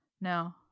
no